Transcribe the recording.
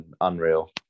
unreal